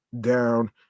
down